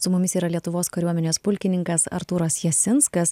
su mumis yra lietuvos kariuomenės pulkininkas artūras jasinskas